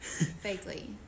Vaguely